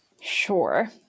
Sure